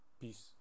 Peace